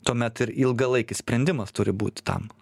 tuomet ir ilgalaikis sprendimas turi būt tam